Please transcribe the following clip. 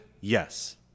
Yes